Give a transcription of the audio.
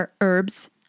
herbs